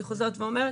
אני חוזרת ואומרת,